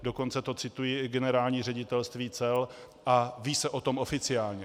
Dokonce to cituje i Generální ředitelství cel a ví se o tom oficiálně.